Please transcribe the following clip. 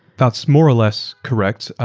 that's more or less correct.